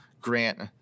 Grant